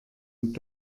und